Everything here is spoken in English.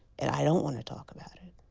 and i don't want to talk about it.